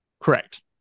Correct